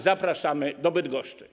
Zapraszamy do Bydgoszczy.